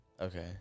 okay